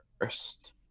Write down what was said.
first